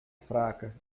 fraca